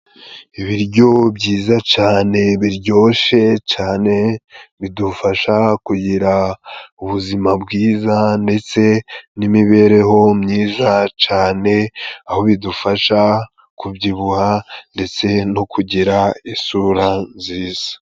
Ibiryo byiza cane biryoshe cane bidufasha kugira ubuzima bwiza ndetse n'imibereho myiza cane, aho bidufasha kubyibuha ndetse no kugira isura nziza.